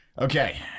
Okay